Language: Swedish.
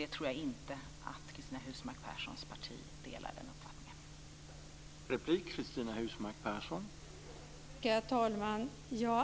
Jag tror inte att Cristina Husmark Pehrssons parti delar den uppfattningen.